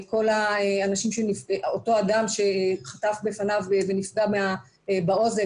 אותו אדם שחטף בפניו ונפצע באוזן,